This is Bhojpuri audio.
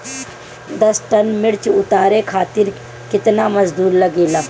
दस टन मिर्च उतारे खातीर केतना मजदुर लागेला?